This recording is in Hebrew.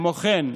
כמו כן,